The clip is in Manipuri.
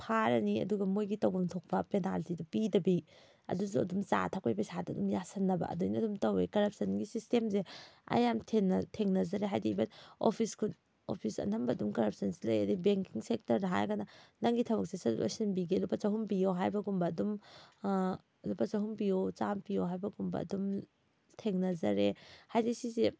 ꯐꯥꯔꯅꯤ ꯑꯗꯨꯒ ꯃꯣꯏꯒꯤ ꯇꯧꯐꯝ ꯊꯣꯛꯄ ꯄꯦꯅꯥꯜꯇꯤꯗꯣ ꯄꯤꯗꯕꯤ ꯑꯗꯨꯁꯨ ꯑꯗꯨꯝ ꯆꯥ ꯊꯛꯄꯩ ꯄꯩꯁꯥꯗ ꯑꯗꯨꯝ ꯌꯥꯁꯟꯅꯕ ꯑꯗꯨꯃꯥꯏꯅ ꯑꯗꯨꯝ ꯇꯧꯋꯤ ꯀꯔꯞꯁꯟꯒꯤ ꯁꯤꯁꯇꯦꯝꯁꯦ ꯑꯩ ꯌꯥꯝ ꯊꯦꯡꯅꯖꯔꯦ ꯍꯥꯏꯗꯤ ꯏꯚꯟ ꯑꯣꯐꯤꯁ ꯑꯣꯐꯤꯁ ꯑꯅꯝꯕ ꯑꯗꯨꯝ ꯀꯔꯞꯁꯟꯁꯤ ꯂꯩ ꯑꯗꯒꯤ ꯕꯦꯡꯀꯤꯡ ꯁꯦꯛꯇꯔꯗ ꯍꯥꯏꯔꯒꯅ ꯅꯪꯒꯤ ꯊꯕꯛꯁꯦ ꯁꯠ ꯁꯠ ꯂꯣꯏꯁꯟꯕꯤꯒꯦ ꯂꯨꯄꯥ ꯆꯍꯨꯝ ꯄꯤꯌꯣ ꯍꯥꯏꯕꯒꯨꯝꯕ ꯑꯗꯨꯝ ꯂꯨꯄꯥ ꯆꯍꯨꯝ ꯄꯤꯌꯣ ꯆꯥꯃ ꯄꯤꯌꯣ ꯍꯥꯏꯕꯒꯨꯝꯕ ꯑꯗꯨꯝ ꯊꯦꯡꯅꯖꯔꯦ ꯍꯥꯏꯗꯤ ꯁꯤꯁꯤ